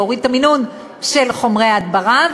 להוריד את המינון של חומרי ההדברה.